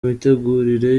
mitegurire